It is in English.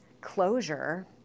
closure